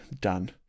Done